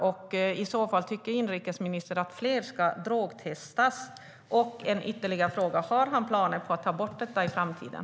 Och i så fall - tycker inrikesministern att fler ska drogtestas? En ytterligare fråga är: Har han planer på att ta bort detta i framtiden?